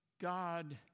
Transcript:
God